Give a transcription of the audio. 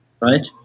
Right